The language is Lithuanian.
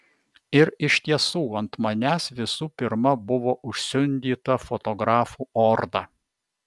ir iš tiesų ant manęs visų pirma buvo užsiundyta fotografų orda